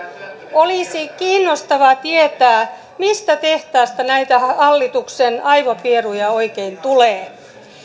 olisi kiinnostavaa tietää mistä tehtaasta näitä hallituksen aivopieruja oikein tulee